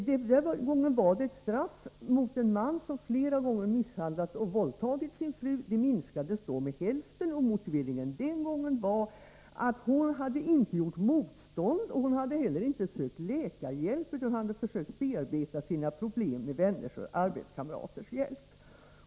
Den gången gällde det ett straff för en man som flera gånger misshandlat och våldtagit sin fru. Straffet minskades då med hälften. Motiveringen den gången var att hon inte hade gjort motstånd. Hon hade inte heller sökt läkarhjälp, utan hade försökt bearbeta sina problem med vänners och arbetskamraters hjälp.